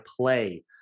play